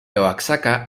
oaxaca